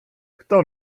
kto